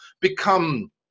become